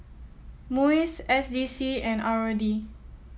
MUIS S D C and R O D